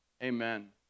Amen